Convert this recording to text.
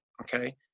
Okay